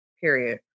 period